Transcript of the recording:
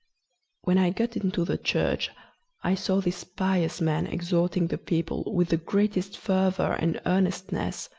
when i got into the church i saw this pious man exhorting the people with the greatest fervour and earnestness,